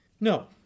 No